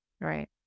right